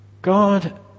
God